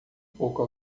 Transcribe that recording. pouco